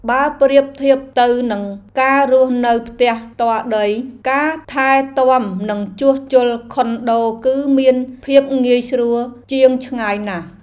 បើប្រៀបធៀបទៅនឹងការរស់នៅផ្ទះផ្ទាល់ដី ការថែទាំនិងជួសជុលខុនដូគឺមានភាពងាយស្រួលជាងឆ្ងាយណាស់។